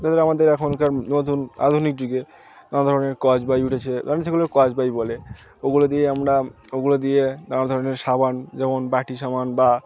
যেমন আমাদের এখনকার নতুন আধুনিক যুগে নানা ধরনের স্কচ ব্রাইট উঠেছে সেগুলো স্কচ ব্রাইট বলে ওগুলো দিয়ে আমরা ওগুলো দিয়ে নানা ধরনের সাবান যেমন বাটি সাবান বা